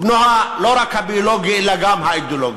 בנו, לא רק הביולוגי אלא גם האידיאולוגי.